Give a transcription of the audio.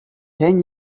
ten